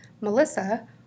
Melissa